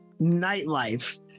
nightlife